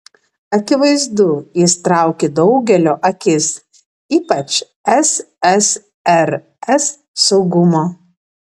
akivaizdu jis traukė daugelio akis ypač ssrs saugumo